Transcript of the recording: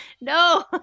No